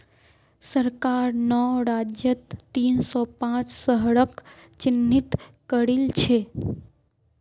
सरकार नौ राज्यत तीन सौ पांच शहरक चिह्नित करिल छे